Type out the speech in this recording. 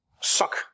suck